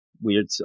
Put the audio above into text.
Weird